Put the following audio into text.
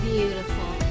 Beautiful